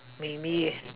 maybe